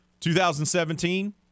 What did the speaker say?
2017